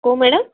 କେଉଁ ମ୍ୟାଡ଼ାମ୍